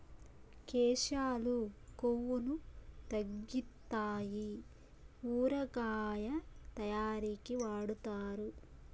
కేశాలు కొవ్వును తగ్గితాయి ఊరగాయ తయారీకి వాడుతారు